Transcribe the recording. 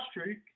streak